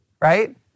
right